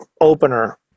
opener